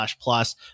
plus